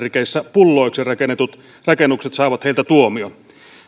pulloiksi rakennetut rakennukset saavat heiltä tuomion